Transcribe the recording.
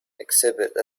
exhibit